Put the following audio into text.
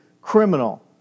criminal